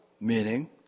meaning